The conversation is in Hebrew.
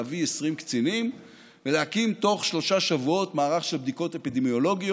להביא 20 קצינים ולהקים תוך שלושה שבועות מערך של בדיקות אפידמיולוגיות,